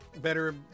better